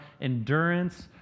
endurance